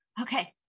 Okay